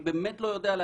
אני באמת לא יודע להגיד.